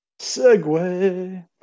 Segway